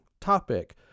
topic